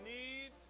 need